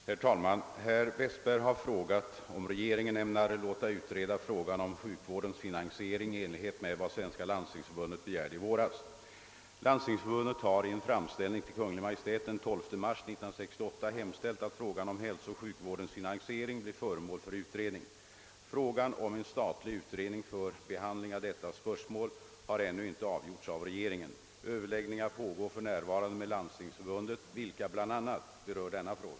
Herr talman! Herr Westberg har frågat, om regeringen ämnar låta utreda frågan om sjukvårdens finansiering i enlighet med vad Svenska landstingsförbundet begärde i våras. Landstingsförbundet har i en framställning till Kungl. Maj:t den 12 mars 1968 hemställt att frågan om hälsooch sjukvårdens finansiering blir föremål för utredning. Frågan om en statlig utredning för behandling av detta spörs mål har ännu inte avgjorts av regeringen. Överläggningar pågår för närvarande med Landstingsförbundet, vilka bl.a. berör denna fråga.